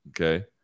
Okay